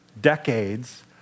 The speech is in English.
decades